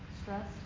Stress